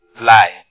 lie